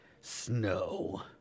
snow